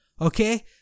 okay